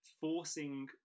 forcing